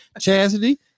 Chastity